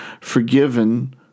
forgiven